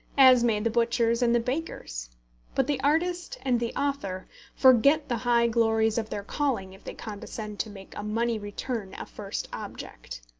as may the butchers and the bakers but the artist and the author forget the high glories of their calling if they condescend to make a money return a first object.